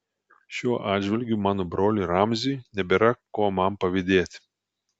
šiuo atžvilgiu mano broliui ramziui nebėra ko man pavydėti